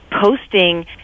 posting